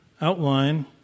outline